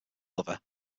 lover